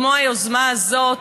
כמו היוזמה הזאת,